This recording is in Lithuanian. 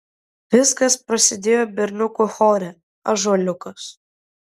viskas prasidėjo berniukų chore ąžuoliukas